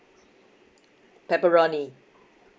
pepperoni